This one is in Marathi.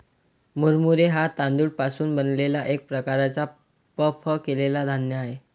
मुरमुरे हा तांदूळ पासून बनलेला एक प्रकारचा पफ केलेला धान्य आहे